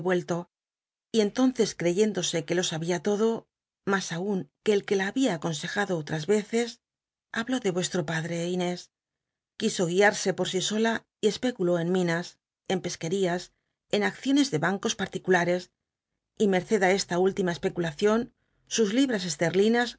y entonces creyéndose que lo sabia todo mas aun qae el que la babia aconsejado otras cces hablo de mestro padre inés quiso guiarse por si sola y especuló en minas en pesquerías en acciones de bancos particulares y á esta última especulacion sus libras esterlinas